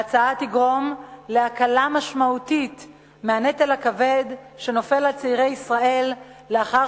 ההצעה תגרום להקלה משמעותית בנטל הכבד שנופל על צעירי ישראל לאחר